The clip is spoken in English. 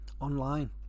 online